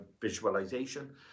visualization